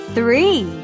Three